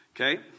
Okay